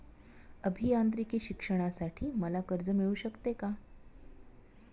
अभियांत्रिकी शिक्षणासाठी मला कर्ज मिळू शकते का?